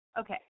Okay